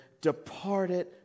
departed